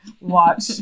watch